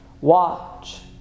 watch